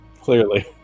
Clearly